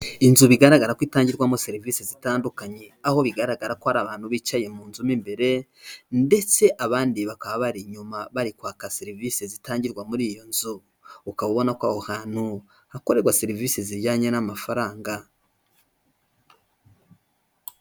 Inzu bigaragara ko itangirwamo serivisi zitandukanye, aho bigaragara ko ari abantu bicaye mu nzu mo imbere, ndetse abandi bakaba bari inyuma bari kwaka serivisi zitangirwa muri iyo nzu, ukaba ubona ko aho hantu hakorerwa serivisi zijyanye n'amafaranga.